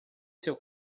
seu